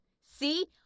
See